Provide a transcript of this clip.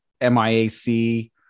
MIAC